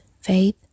faith